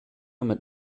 mit